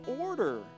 order